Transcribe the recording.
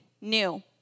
new